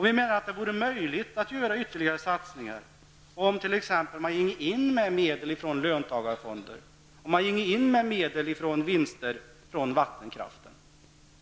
Vi anser att det är möjligt att göra ytterligare satsningar med hjälp av exempelvis medel från löntagarfonderna. Man kan också satsa medel av vinsterna från vattenkraften.